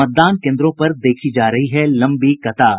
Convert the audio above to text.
मतदान केन्द्रों पर देखी जा रही है लंबी कतार